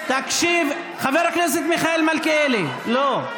תקשיב, חבר הכנסת מיכאל מלכיאלי, לא.